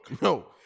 no